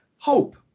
hope